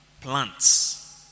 plants